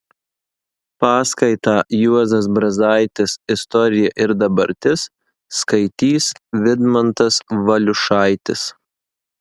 paskaitą juozas brazaitis istorija ir dabartis skaitys vidmantas valiušaitis